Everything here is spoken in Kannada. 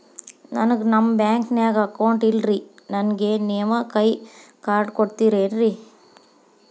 ನನ್ಗ ನಮ್ ಬ್ಯಾಂಕಿನ್ಯಾಗ ಅಕೌಂಟ್ ಇಲ್ರಿ, ನನ್ಗೆ ನೇವ್ ಕೈಯ ಕಾರ್ಡ್ ಕೊಡ್ತಿರೇನ್ರಿ?